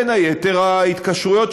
בין היתר,